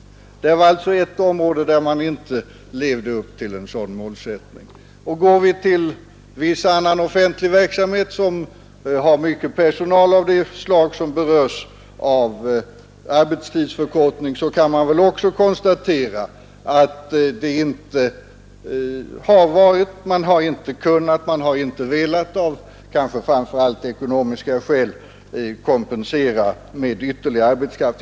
Det var alltså ett område där man inte levde upp till den målsättning om vilken statsverkspropositionen talar. Går vi till annan offentlig verksamhet som har mycket personal av det slag som berörs av arbetstidsförkortningen kan man också konstatera, att man inte har kunnat, inte velat, kanske framför allt av ekonomiska skäl, kompensera arbetstidsförkortningen med ytterligare arbetskraft.